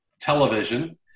television